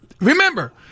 remember